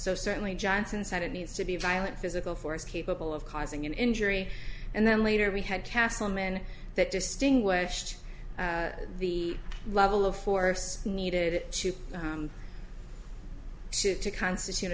so certainly johnson said it needs to be violent physical force capable of causing an injury and then later we had castleman that distinguished the level of force needed to shoot to constitute